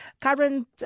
current